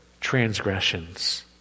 transgressions